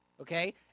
okay